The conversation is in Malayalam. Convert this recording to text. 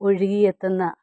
ഒഴുകിയെത്തുന്ന